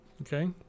Okay